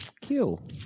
kill